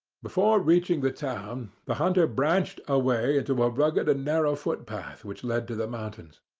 before reaching the town the hunter branched away into a rugged and narrow footpath which led to the mountains.